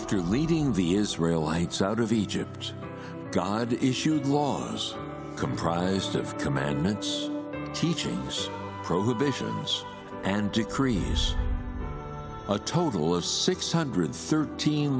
after leading the israel lights out of egypt god issued laws comprised of commandments teachings prohibitions and decree was a total of six hundred thirteen